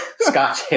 Scotch